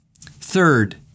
Third